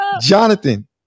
Jonathan